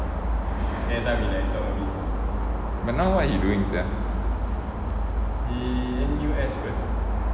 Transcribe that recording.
but now what he doing sia